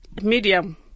Medium